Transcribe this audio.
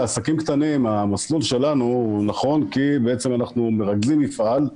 לעסקים קטנים המסלול שלנו הוא נכון כי בעצם אנחנו מרכזים מפעל.